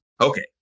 Okay